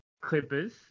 Clippers